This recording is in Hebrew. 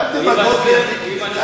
סתם דמגוגיה.